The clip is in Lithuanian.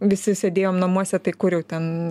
visi sėdėjom namuose tai kur jau ten